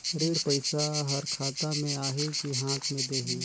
ऋण पइसा हर खाता मे आही की हाथ मे देही?